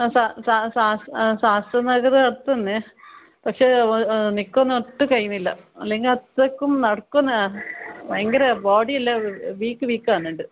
ആ ശാസ്ത്രനഗർ അടുത്ത് തന്നെ പക്ഷെ എനിക്കൊന്നും ഒട്ടും കഴിയുന്നില്ല അല്ലെങ്കിൽ അത്രക്കും നടക്കുംന്നാ ഭയങ്കര ബോഡിയെല്ലാം വീക്ക് വീക്കാകുന്നുണ്ട്